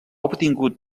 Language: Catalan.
obtingut